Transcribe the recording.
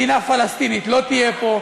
מדינה פלסטינית לא תהיה פה.